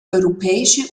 europäische